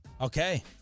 Okay